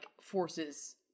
forces